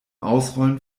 ausrollen